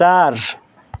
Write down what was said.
चार